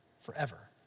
forever